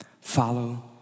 follow